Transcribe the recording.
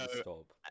stop